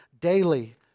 daily